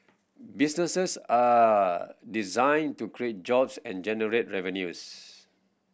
businesses are designed to create jobs and generate revenues